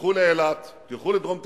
תלכו לאילת, תלכו לדרום תל-אביב,